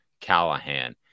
Callahan